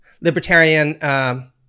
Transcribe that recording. libertarian